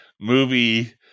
movie